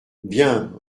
bien